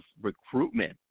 recruitment